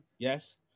Yes